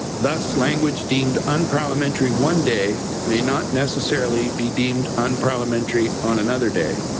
thus language deemed unparliamentary one day may not necessarily be deemed unparliamentary on another day.